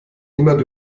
niemand